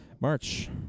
March